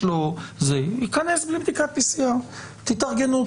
ייכנס בלי בדיקת PCR. תתארגנו.